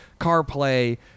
CarPlay